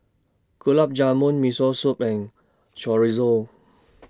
Gulab Jamun Miso Soup and Chorizo